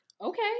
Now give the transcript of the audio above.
Okay